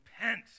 Repent